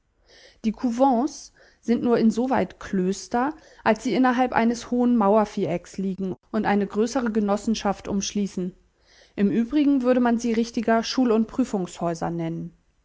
die couvents sind nur insoweit klöster als sie innerhalb eines hohen mauer vierecks liegen und eine größere genossenschaft umschließen im übrigen würde man sie richtiger schul und prüfungshäuser nennen